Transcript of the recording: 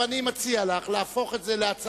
אני מציע לך להפוך את זה להצעה